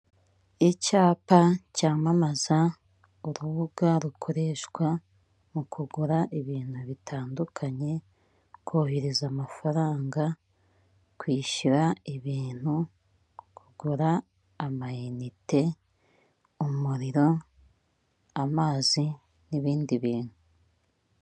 Icyapa cyamamaza urubuga rukoreshwa mu kugura ibintu bitandukanye kohereza amafaranga, kwishyura ibintu, mukugura amayinite, umuriro, amazi n'ibindi bintu.